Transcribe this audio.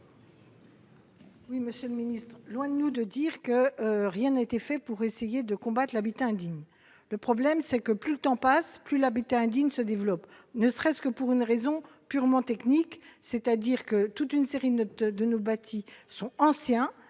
Oui, Monsieur le Ministre, loin de nous, de dire que rien n'a été fait pour essayer de combattre l'habitat indigne, le problème c'est que plus le temps passe, plus l'habitat indigne, se développe, ne serait-ce que pour une raison purement technique, c'est-à-dire que toute une série de nos bâti son ancien,